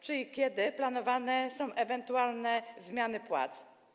Czy i kiedy planowane są ewentualne zmiany płac?